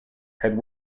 had